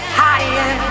higher